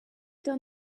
done